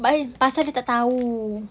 pasal dia tak tahu